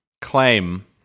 claim